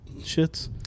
shits